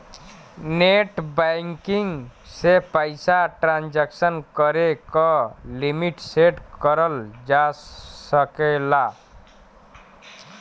net banking से पइसा transaction करे क लिमिट सेट करल जा सकला